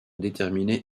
déterminer